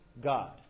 God